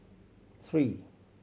three